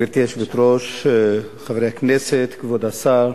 גברתי היושבת-ראש, חברי הכנסת, כבוד השר,